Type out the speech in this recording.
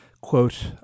Quote